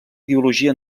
ideologia